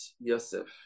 Yosef